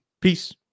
Peace